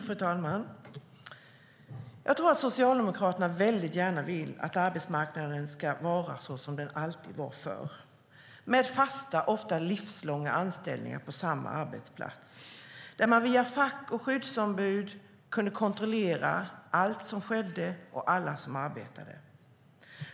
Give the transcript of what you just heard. Fru talman! Jag tror att Socialdemokraterna väldigt gärna vill att arbetsmarknaden ska vara som den alltid var förr, med fasta, ofta livslånga, anställningar på samma arbetsplats, där man via fack och skyddsombud kunde kontrollera allt som skedde och alla som arbetade.